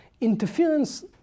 Interference